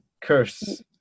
curse